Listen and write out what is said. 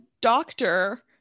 doctor